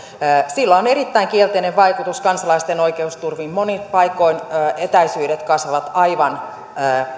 sillä on erittäin kielteinen vaikutus kansalaisten oikeusturvaan monin paikoin etäisyydet kasvavat aivan